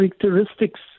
characteristics